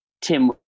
tim